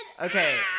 Okay